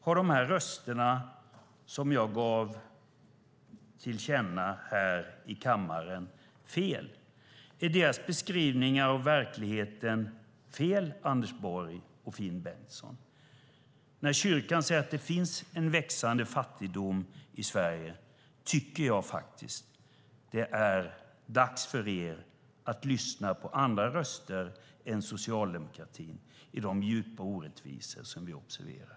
Har dessa röster som jag har gett till känna här i kammaren fel? Är deras beskrivningar av verkligheten fel, Anders Borg och Finn Bengtsson? När kyrkan säger att det finns en växande fattigdom i Sverige tycker jag att det är dags för er att lyssna på andra röster än socialdemokratin i de djupa orättvisor som vi observerar.